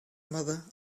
mother